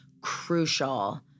crucial